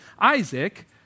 Isaac